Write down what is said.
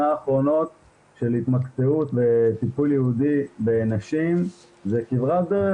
האחרונות של התמקצעות וטיפול ייעודי בנשים זה כברת דרך